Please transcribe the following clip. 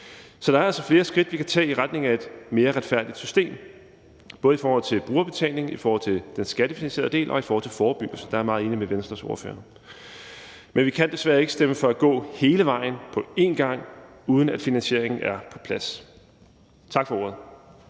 Så der er altså flere skridt, vi kan tage i retning af et mere retfærdigt system, både i forhold til brugerbetaling, i forhold til den skattefinansierede del og i forhold til forebyggelse. Der er jeg meget enig med Venstres ordfører. Men vi kan desværre ikke stemme for at gå hele vejen på én gang, uden at finansieringen er på plads. Tak for ordet.